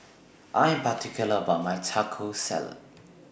I Am particular about My Taco Salad